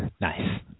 Nice